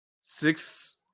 six